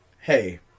hey